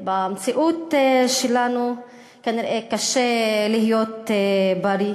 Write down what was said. במציאות שלנו כנראה קשה להיות בריא.